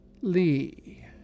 Lee